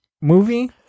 movie